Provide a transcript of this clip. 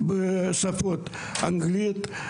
בשפות אנגלית,